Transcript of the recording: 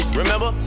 remember